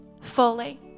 fully